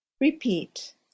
Repeat